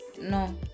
no